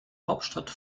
hauptstadt